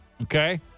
Okay